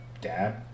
dad